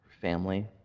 family